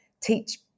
teach